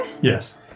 Yes